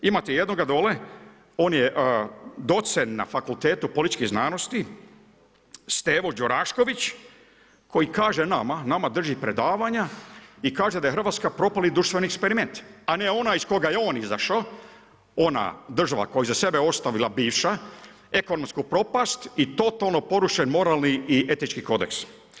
Imate jednoga dole, on je docent na fakultetu Političkih znanosti, Stevo Đorašković, koji kaže nama, nama drži predavanja i kaže da je Hrvatska propali društveni eksperiment, a ne onaj iz koga je on izašao, ona država koja je iza sebe ostavila bivša, ekonomska propast i totalno porušen moralni i etički kodeks.